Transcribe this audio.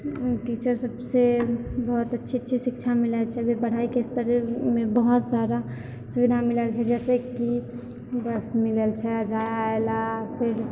टीचरसबसँ बहुत अच्छी अच्छी शिक्षा मिलै छै जे पढ़ाइके स्तरमे बहुत सारा सुविधा मिलल छै जाहिसँ कि ओकरासबके मिलल छै जाहिलए फेर